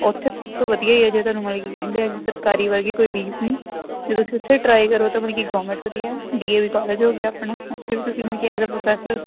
ਉੱਥੇ ਸਭ ਤੋਂ ਵਧੀਆ ਏਰੀਆ ਤੁਹਾਨੂੰ ਮਤਲਬ ਕਿ ਕਹਿੰਦੇ ਆ ਕਿ ਸਰਕਾਰੀ ਵਰਗੀ ਕੋਈ ਰੀਸ ਨਹੀਂ ਜੇ ਤੁਸੀਂ ਉੱਥੇ ਟਰਾਈ ਕਰੋ ਤਾਂ ਮਲ ਕਿ ਗੋਰਮੈਂਟ ਵਧੀਆ ਡੀ ਏ ਵੀ ਕੋਲਜ ਹੋ ਗਿਆ ਆਪਣਾ ਉੱਥੇ ਵੀ ਤੁਸੀਂ ਮਲ ਕਿ ਐਜ ਆ ਪ੍ਰੋਫੈਸਰ